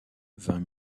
vint